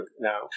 now